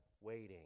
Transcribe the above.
waiting